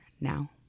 now